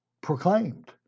proclaimed